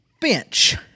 Bench